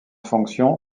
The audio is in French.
fonctions